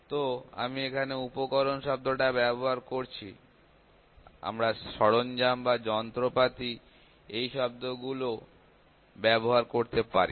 তো আমি এখানে উপকরণ শব্দটা ব্যবহার করছি আমরা সরঞ্জাম বা যন্ত্রপাতি এই শব্দগুলো ও ব্যবহার করতে পারি